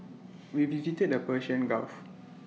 we visited the Persian gulf